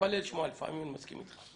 תתפלא לשמוע, לפעמים אני מסכים איתך.